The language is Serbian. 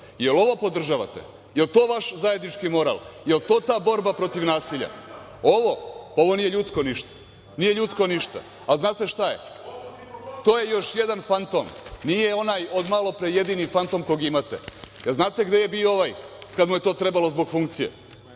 Jel ovo podržavate? Jel to vaš zajednički moral? Jel to ta borba protiv nasilja? Ovo? Ovo nije ljudsko ništa?A znate šta je? To je još jedan fantom nije onaj od malopre jedini fantom kog imate. Jel znate gde je bio ovaj kada mu je to trebalo zbog funkcije,